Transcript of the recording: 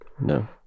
No